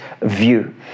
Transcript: view